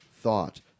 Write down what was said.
thought